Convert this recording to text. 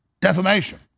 defamation